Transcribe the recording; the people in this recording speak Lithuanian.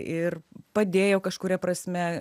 ir padėjo kažkuria prasme